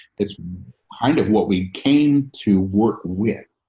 it's kind of what we came to work with.